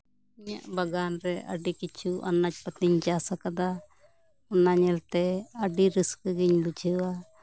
ᱤᱧᱟᱹᱜ ᱵᱟᱜᱟᱱᱨᱮ ᱟᱹᱰᱤ ᱠᱤᱪᱷᱩ ᱟᱱᱟᱡᱽ ᱯᱟᱛᱤᱧ ᱪᱟᱥ ᱠᱟᱫᱟ ᱚᱱᱟ ᱧᱮᱞᱛᱮ ᱟᱹᱰᱤ ᱨᱟᱹᱥᱠᱟᱹ ᱜᱤᱧ ᱵᱩᱡᱷᱟᱹᱣᱟ